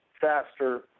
faster